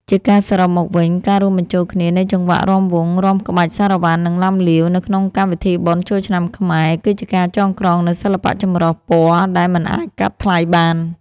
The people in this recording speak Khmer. ជាការសរុបមកវិញ ការរួមបញ្ចូលគ្នានៃចង្វាក់រាំវង់ រាំក្បាច់ សារ៉ាវ៉ាន់ និងឡាំលាវ នៅក្នុងកម្មវិធីបុណ្យចូលឆ្នាំខ្មែរ គឺជាការចងក្រងនូវសិល្បៈចម្រុះពណ៌ដែលមិនអាចកាត់ថ្លៃបាន។